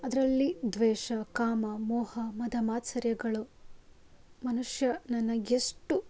ಅದರಲ್ಲಿ ದ್ವೇಷ ಕಾಮ ಮೋಹ ಮದ ಮಾತ್ಸರ್ಯಗಳು ಮನುಷ್ಯನನ್ನು ಎಷ್ಟು